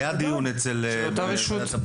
היה דיון אצל --- ל-matching.